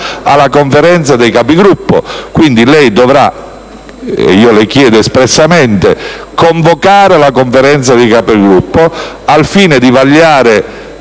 alla Conferenza dei Capigruppo. Quindi, le chiedo espressamente di convocare la Conferenza dei Capigruppo al fine di vagliare